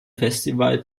festival